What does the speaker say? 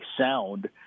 sound